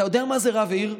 אתה יודע מה זה רב עיר,